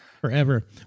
Forever